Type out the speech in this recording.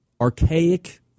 archaic